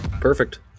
Perfect